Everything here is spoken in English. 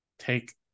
take